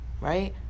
right